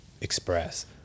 express